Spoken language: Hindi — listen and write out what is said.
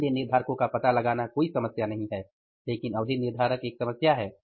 लेन देन निर्धारको का पता लगाना कोई समस्या नहीं है लेकिन अवधि निर्धारक एक समस्या है